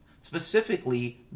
Specifically